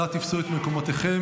אנא תפסו את מקומותיכם.